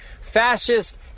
fascist